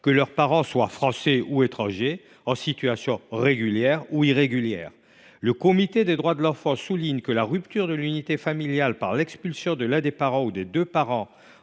que leurs parents soient Français ou étrangers en situation régulière ou irrégulière. Le Comité des droits de l’enfant souligne :« La rupture de l’unité familiale par l’expulsion de l’un des parents ou des deux parents